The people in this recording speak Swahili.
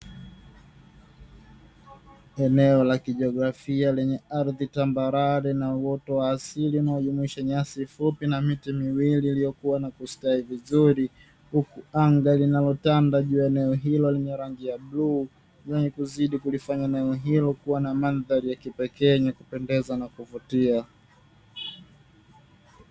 Eneo la kijiografia lenye ardhi tambarare na uoto wa asili na ujumuisha nyasi fupi na miti miwili iliyokuwa na kustawi vizuri, huku anga linalotanda juu ya eneo hilo lime rangi ya bluu zenye kuzidi kulifanya leo hilo kuwa na mandhari ya kipekee yenye kupendeza na kuvutia.